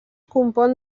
compon